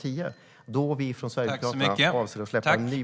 10, då vi från Sverigedemokraterna avser att släppa en ny politik.